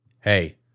Hey